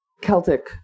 Celtic